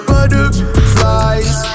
Butterflies